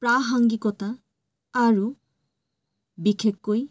প্ৰাসাংগিকতা আৰু বিশেষকৈ